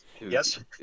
yes